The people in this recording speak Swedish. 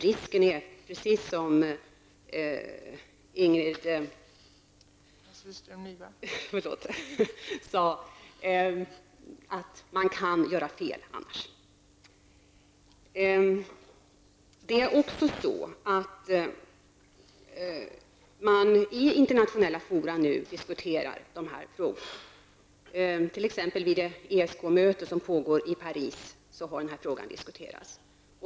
Risken är, precis som Ingrid Hasselström Nyvall sade, att man annars gör fel. Frågan diskuteras nu i internationella fora. Vid ESK-mötet som pågår i Paris har denna fråga diskuterats.